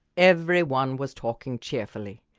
every one was talking cheerfully.